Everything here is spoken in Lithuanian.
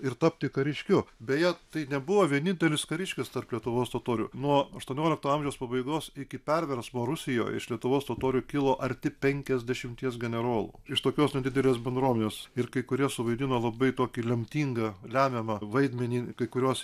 ir tapti kariškiu beje tai nebuvo vienintelis kariškis tarp lietuvos totorių nuo aštuoniolikto amžiaus pabaigos iki perversmo rusijoj iš lietuvos totorių kilo arti penkiasdešimties generolų iš tokios nedidelės bendruomenės ir kai kurie suvaidino labai tokį lemtingą lemiamą vaidmenį kai kuriuos